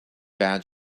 bad